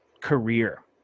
career